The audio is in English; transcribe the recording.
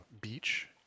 beach